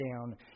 down